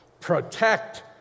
protect